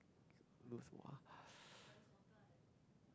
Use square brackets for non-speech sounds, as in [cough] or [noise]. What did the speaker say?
loose !wah! [noise]